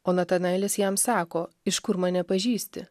o natanaelis jam sako iš kur mane pažįsti